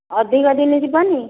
ଅଧିକା ଦିନ ଯିବନି